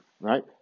right